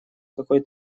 какой